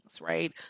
right